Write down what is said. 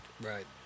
Right